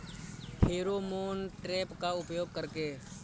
Pheromone trap का उपयोग कर के?